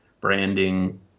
branding